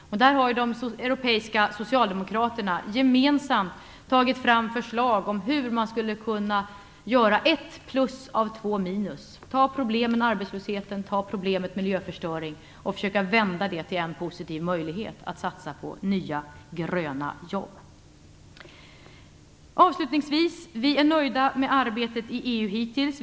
Där har de europeiska socialdemokraterna gemensamt tagit fram förslag om hur man skulle kunna göra ett plus av två minus: ta problemet med arbetslösheten, ta problemet miljöförstöring och försöka vända det till en positiv möjlighet - att satsa på nya gröna jobb. Avslutningsvis vill jag säga att vi är nöjda med arbetet i EU hittills.